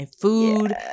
food